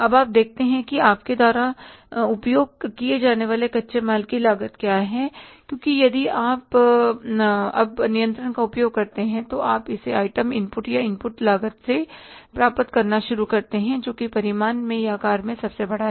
अब आप देखते हैं कि आपके द्वारा उपयोग किए जाने वाले कच्चे माल की लागत क्या है क्योंकि यदि आप अब नियंत्रण का उपयोग करते हैं तो आप इसे आइटम इनपुट या इनपुट लागत से प्राप्त करना शुरू करते हैं जो परिमाण में या आकार में सबसे बड़ा है